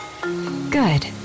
Good